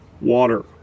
water